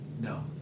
No